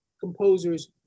composers